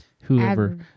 whoever